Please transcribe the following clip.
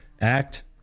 Act